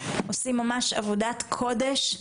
עושים ממש עבודת קודש,